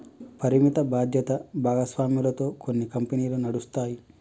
పరిమిత బాధ్యత భాగస్వామ్యాలతో కొన్ని కంపెనీలు నడుస్తాయి